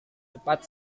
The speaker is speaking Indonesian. cepat